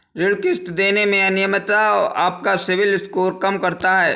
ऋण किश्त देने में अनियमितता आपका सिबिल स्कोर कम करता है